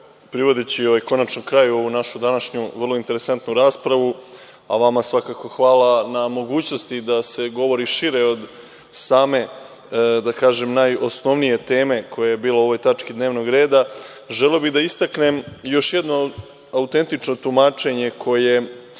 privodeći kraju ovu našu današnju vrlo interesantnu raspravu, a vama svakako hvala na mogućnosti da se govori šire od same najosnovnije teme koja je bila u ovoj tački dnevnog reda, želeo bih da istaknem još jedno autentično tumačenje koje